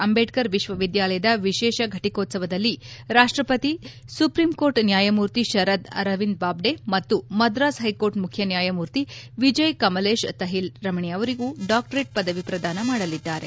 ಅಂಬೇಡ್ಕರ್ ವಿಶ್ವವಿದ್ಯಾಲಯದ ವಿಶೇಷ ಘಟಿಕೋತ್ಸವದಲ್ಲಿ ರಾಷ್ಪಪತಿ ಅವರು ಸುಪ್ರೀಂ ಕೋರ್ಟ್ ನ್ಹಾಯಮೂರ್ತಿ ಶರದ್ ಅರವಿಂದ್ ಬಾಬ್ದೆ ಮತ್ತು ಮದ್ರಾಸ್ ಹೈಕೋರ್ಟ್ ಮುಖ್ಯ ನ್ಹಾಯಮೂರ್ತಿ ವಿಜಯ್ ಕಮಲೇಶ್ ತಹಿಲ್ ರಮಣಿ ಅವರಿಗೂ ಡಾಕ್ಷರೇಟ್ ಪದವಿ ಪ್ರಧಾನ ಮಾಡಲಿದ್ದಾರೆ